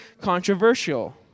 controversial